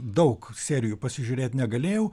daug serijų pasižiūrėt negalėjau